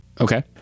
Okay